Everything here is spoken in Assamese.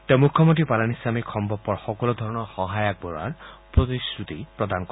তেওঁ মুখ্যমন্ত্ৰী পালানিস্বামীক সম্ভৱপৰ সকলোধৰণৰ সহায় আগবঢ়োৱাৰ প্ৰতিশ্ৰুতি প্ৰদান কৰে